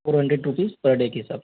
four hundred rupees per day के हिसाब से